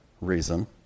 reason